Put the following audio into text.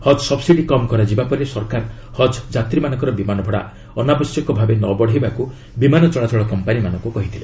ହଜ୍ subsidy କମ୍ କରାଯିବା ପରେ ସରକାର ହଜ୍ ଯାତ୍ରୀମାନଙ୍କ ବିମାନ ଭଡ଼ା ଅନାବଶ୍ୟକ ଭାବେ ନ ବଢ଼ାଇବାକୁ ବିମାନ ଚଳାଚଳ କମ୍ପାନିଗୁଡ଼ିକୁ କହିଥିଲେ